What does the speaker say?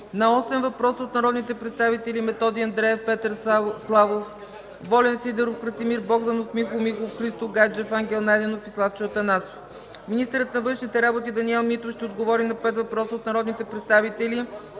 осем въпроса от народните представители Методи Андреев, Петър Славов, Волен Сидеров, Красимир Богданов, Михо Михов, Христо Гаджев, Ангел Найденов, и Славчо Атанасов; - министърът на външните работи Даниел Митов ще отговори на пет въпроса от народните представители